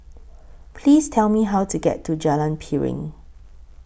Please Tell Me How to get to Jalan Piring